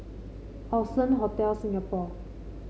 Allson Hotel Singapore